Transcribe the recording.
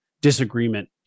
disagreement